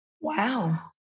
Wow